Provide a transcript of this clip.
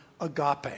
agape